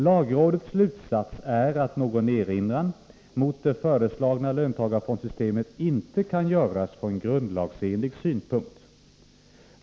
Lagrådets slutsats är att någon erinran mot det föreslagna löntagarfondssystemet inte kan göras från grundlagsenlighetssynpunkt.